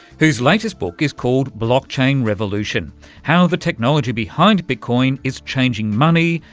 whose latest book is called blockchain revolution how the technology behind bitcoin is changing money,